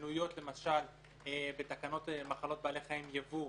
שמנויות למשל בתקנות בעלי חיים (יבוא),